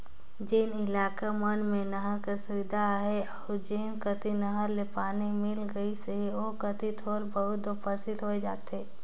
जेन इलाका मन में नहर कर सुबिधा अहे अउ जेन कती नहर ले पानी मिल गइस अहे ओ कती थोर बहुत दो फसिल होए जाथे